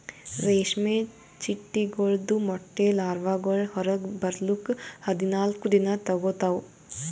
ರೇಷ್ಮೆ ಚಿಟ್ಟೆಗೊಳ್ದು ಮೊಟ್ಟೆ ಲಾರ್ವಾಗೊಳ್ ಹೊರಗ್ ಬರ್ಲುಕ್ ಹದಿನಾಲ್ಕು ದಿನ ತೋಗೋತಾವ್